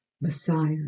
Messiah